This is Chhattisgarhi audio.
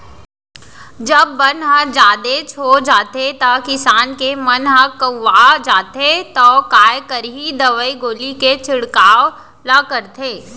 जब बन ह जादेच हो जाथे त किसान के मन ह कउवा जाथे तौ काय करही दवई गोली के छिड़काव ल करथे